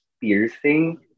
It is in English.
piercing